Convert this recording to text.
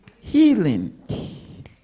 healing